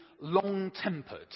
long-tempered